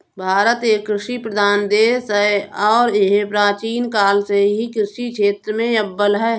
भारत एक कृषि प्रधान देश है और यह प्राचीन काल से ही कृषि क्षेत्र में अव्वल है